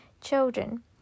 children